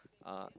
uh